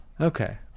Okay